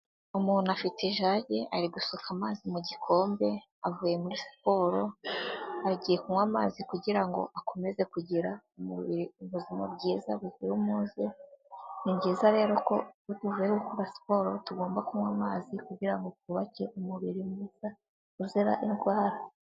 Umuntu afite ijage ari gusuka amazi mu gikombe avuye muri siporo agiye kunywa amazi kugirango akomeze kugira ubuzima bwiza buzira umuze, ni byiza rero ko iyo tuvuye gukora siporo tugomba kunywa amazi kugirango twubake umubiri mwiza uzira indwara.